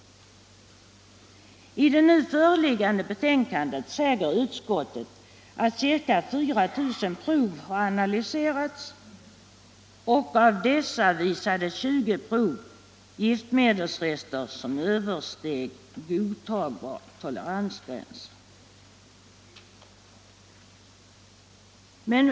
I det nu föreliggande betänkandet säger utskottet att ca 4 000 prov har analyserats och att av dessa 20 visade giftmedelsrester som översteg godtagbar toleransgräns.